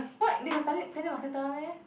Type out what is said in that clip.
what they got tele~ telemarketer one meh